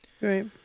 Right